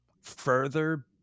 further